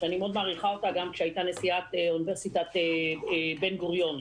שאני מאוד מעריכה אותה גם כשהייתה נשיאת אוניברסיטת בן גוריון.